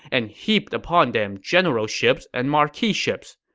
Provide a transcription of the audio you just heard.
and heaped upon them generalships and marquiships.